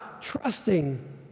trusting